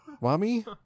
mommy